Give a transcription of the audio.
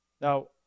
Now